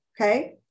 Okay